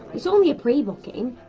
it's only a pre-booking,